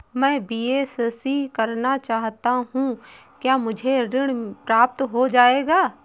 मैं बीएससी करना चाहता हूँ क्या मुझे ऋण प्राप्त हो जाएगा?